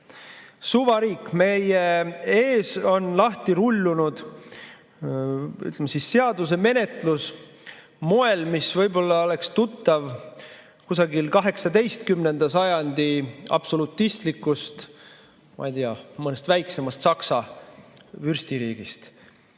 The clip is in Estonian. Suvariik. Meie ees on lahti rullunud seaduse menetlus moel, mis võib-olla oleks tuttav kusagil 18. sajandi absolutistlikust, ma ei tea, mõnest väiksemast Saksa vürstiriigist.